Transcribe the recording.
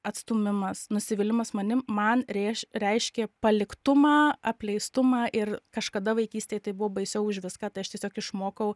atstūmimas nusivylimas manim man rėš reiškia paliktumą apleistumą ir kažkada vaikystėj tai buvo baisiau už viską tai aš tiesiog išmokau